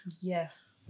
Yes